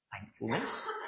thankfulness